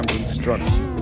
instruction